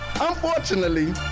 unfortunately